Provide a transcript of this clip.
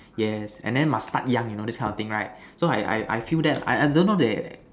yes and then must start young you know this kind of thing right so I I I feel that I don't know they